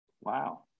Wow